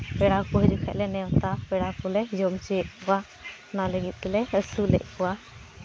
ᱯᱮᱲᱟ ᱠᱚ ᱦᱤᱡᱩᱜ ᱠᱷᱟᱡ ᱞᱮ ᱱᱮᱶᱛᱟ ᱯᱮᱲᱟ ᱠᱚᱞᱮ ᱡᱚᱢ ᱦᱚᱪᱚᱭᱮᱫ ᱠᱚᱣᱟ ᱚᱱᱟ ᱞᱟᱹᱜᱤᱫ ᱛᱮᱞᱮ ᱟᱹᱥᱩᱞ ᱮᱜ ᱠᱚᱣᱟ